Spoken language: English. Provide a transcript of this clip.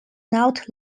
not